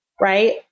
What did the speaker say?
Right